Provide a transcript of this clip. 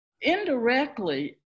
indirectly